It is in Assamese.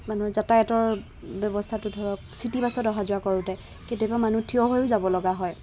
মানুহৰ যাতায়তৰ ব্যৱস্থাটো ধৰক চিটি বাছত অহা যোৱা কৰোঁতে কেতিয়াবা মানুহ থিয় হৈও যাব লগা হয়